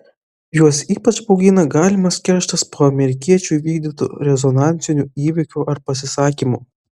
juos ypač baugina galimas kerštas po amerikiečių įvykdytų rezonansinių įvykių ar pasisakymų